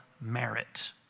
merit